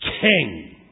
king